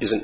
isn't